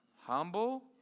humble